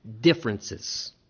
differences